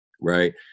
right